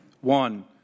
One